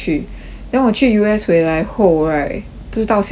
then 我去 U_S 回来后 right 就到现在 right